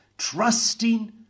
trusting